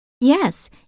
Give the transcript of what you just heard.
Yes